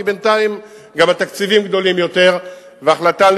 כי בינתיים גם התקציבים גדולים יותר וההחלטה על